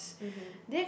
mmhmm